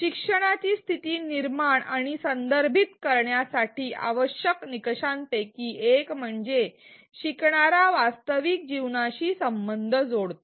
शिक्षणाची स्थिती निर्माण आणि संदर्भित करण्यासाठी आवश्यक निकषांपैकी एक म्हणजे शिकणारा वास्तविक जीवनाशी संबंध जोडतो